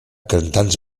cantants